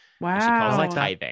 wow